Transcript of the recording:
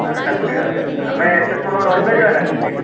ବାରଟା କୋଡ଼ିଏ ବେଳେ ଆମେ ଏତେ ସମୟ ରହିପାରିବା ନା ସେହିଠି